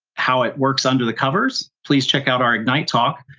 how it works under the covers, please check out our ignite talk.